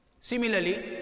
Similarly